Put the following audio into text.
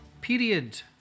period